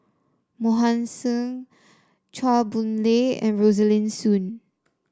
Mohan Singh Chua Boon Lay and Rosaline Soon